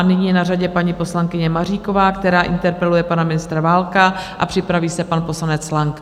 Nyní je na řadě paní poslankyně Maříková, která interpeluje pana ministra Válka, a připraví se pan poslanec Lang.